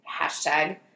Hashtag